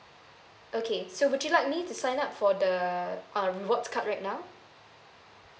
okay so would you like me to sign up for the uh rewards card right now